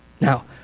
Now